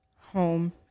home